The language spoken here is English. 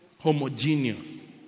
Homogeneous